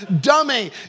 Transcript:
dummy